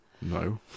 no